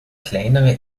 kleinere